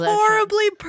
Horribly